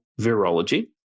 virology